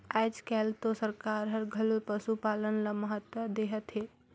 आयज कायल तो सरकार हर घलो पसुपालन ल महत्ता देहत हे